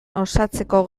osatzeko